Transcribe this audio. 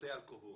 שותה אלכוהול?